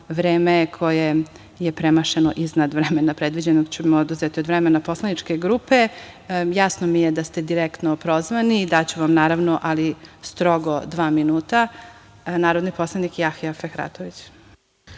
vreme koje je premašeno iznad vremena predviđenog ćemo oduzeti od vremena poslaničke grupe. Jasno mi je da ste direktno prozvani i daću vam naravno reč, ali strogo dva minuta. Narodni poslanik, Jahja Fehratović.